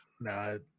no